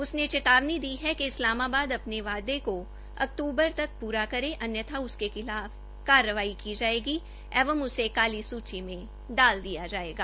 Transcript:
उसने चेतावनी दी है कि इस्लामाबाद अपने वायदे को अक्तूबर तक पूरा करे अन्यथा उसके खिलाफ कार्रवाई की जाएगी एवं काली सूची में डाल दिया जाएगा